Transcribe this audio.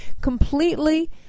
completely